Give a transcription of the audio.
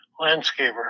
landscaper